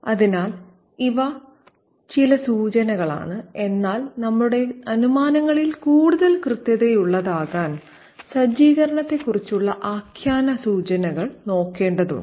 അതിനാൽ ഇവ ചില സൂചനകളാണ് എന്നാൽ നമ്മുടെ അനുമാനങ്ങളിൽ കൂടുതൽ കൃത്യതയുള്ളതാകാൻ സജ്ജീകരണത്തെക്കുറിച്ചുള്ള ആഖ്യാന സൂചനകൾ നോക്കേണ്ടതുണ്ട്